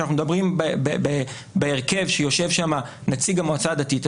כשאנחנו מדברים בהרכב שיושב שם נציג המועצה הדתית,